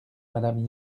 madame